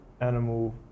animal